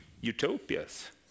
utopias